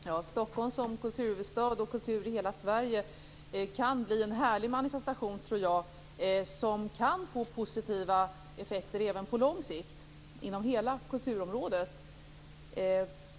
Herr talman! Stockholm som kulturhuvudstad och detta med kultur i hela Sverige tror jag kan bli en härlig manifestation som kan få positiva effekter på lång sikt. Det gäller då inom hela kulturområdet.